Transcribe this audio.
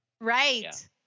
Right